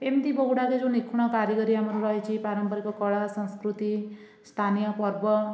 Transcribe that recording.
ଏମିତି ବହୁଗୁଡ଼ାକ ଯେଉଁ ନିଖୁଣ କାରିଗରୀ ଆମର ରହିଛି ପାରମ୍ପରିକ କଳା ସଂସ୍କୃତି ସ୍ଥାନୀୟ ପର୍ବ